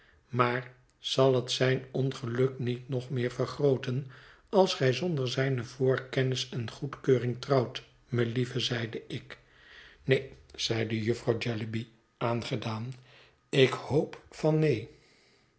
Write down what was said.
maar zal het zijn ongeluk niet nog meer vergrooten als gij zonder zijne voorkennis en goedkeuring trouwt melieve zeide ik neen zeide jufvrouw jellyby aangedaan ik hoop van neen